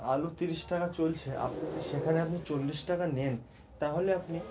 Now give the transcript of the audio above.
আলু তিরিশ টাকা চলছে আপ সেখানে আপনি চল্লিশ টাকা নেন তাহলে আপনি